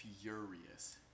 furious